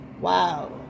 wow